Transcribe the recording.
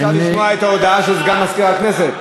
אי-אפשר לשמוע את ההודעה של סגן מזכירת הכנסת.